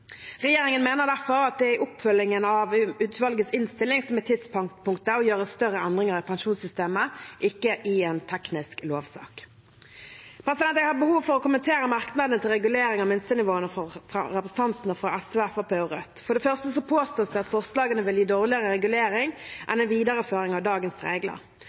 i oppfølgingen av utvalgets innstilling som er tidspunktet for å gjøre større endringer i pensjonssystemet – ikke i en teknisk lovsak. Jeg har behov for å kommentere merknadene til regulering av minstenivåene fra representantene fra SV, Fremskrittspartiet og Rødt. For det første påstås det at forslagene vil gi dårligere regulering enn en videreføring av dagens regler.